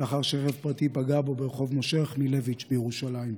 לאחר שרכב פרטי פגע בו ברחוב משה רחמילביץ' בירושלים.